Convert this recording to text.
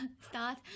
start